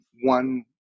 one